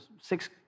six